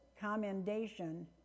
commendation